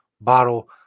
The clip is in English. bottle